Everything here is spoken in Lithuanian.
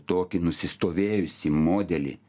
tokį nusistovėjusį modelį